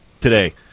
today